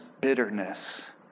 Bitterness